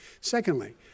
Secondly